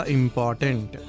important